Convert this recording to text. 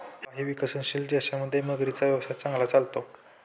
काही विकसनशील देशांमध्ये मगरींचा व्यवसाय चांगला चालतो